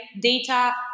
data